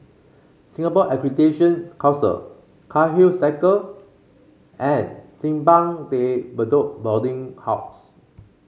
Singapore Accreditation Council Cairnhill Circle and Simpang De Bedok Boarding House